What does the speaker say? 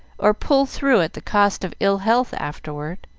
or pull through at the cost of ill-health afterward.